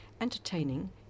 entertaining